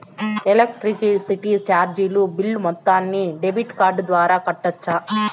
Electricity చార్జీలు bill మొత్తాన్ని debit card ద్వారా కట్టొచ్చా?